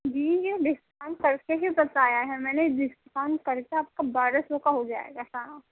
جی یہ ڈسکاؤنٹ کر کے ہی بتایا ہے میں نے ڈسکاؤنٹ کر کے آپ کا بارہ سو کا ہو جائے گا سارا